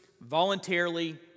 voluntarily